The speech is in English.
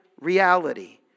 reality